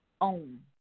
own